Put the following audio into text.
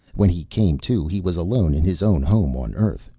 when he came to, he was alone in his own home on earth.